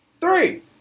Three